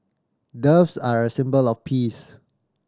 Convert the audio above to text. doves are a symbol of peace